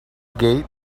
gate